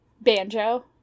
Banjo